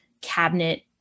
cabinet